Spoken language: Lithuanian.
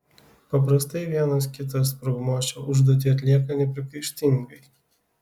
paprastai vienas kitas sprogmuo šią užduotį atlieka nepriekaištingai